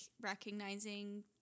recognizing